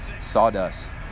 sawdust